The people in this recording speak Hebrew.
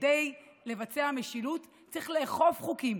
כדי לבצע משילות צריך לאכוף חוקים,